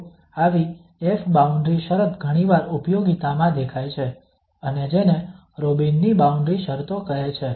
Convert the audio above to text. તો આવી ƒ બાઉન્ડ્રી શરત ઘણીવાર ઉપયોગિતામાં દેખાય છે અને જેને રોબિનની બાઉન્ડ્રી શરતો કહે છે